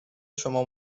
شما